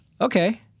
okay